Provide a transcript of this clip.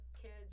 kids